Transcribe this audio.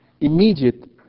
immediate